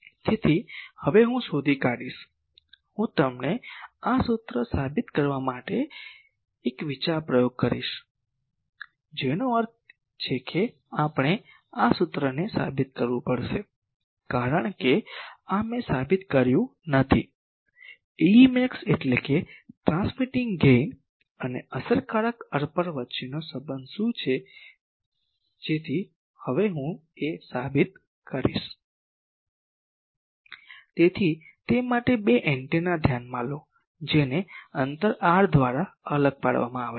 તેથી હવે હું શોધી કાઢીશ હું તમને આ સૂત્ર સાબિત કરવા માટે એક વિચાર પ્રયોગ કરીશ જેનો અર્થ છે કે આપણે આ સૂત્રને સાબિત કરવું પડશે કારણ કે આ મેં સાબિત કર્યું નથી Ae max એટલે કે ટ્રાન્સમિટિંગ ગેઇન અને અસરકારક અર્પર વચ્ચેનો સંબંધ શું છે જેથી હવે હું સાબિત કરીશ તેથી તે માટે બે એન્ટેના ધ્યાનમાં લો જેને અંતર R દ્વારા અલગ પાડવામાં આવે છે